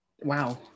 wow